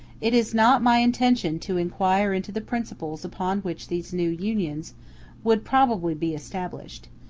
it is not my intention to inquire into the principles upon which these new unions would probably be established,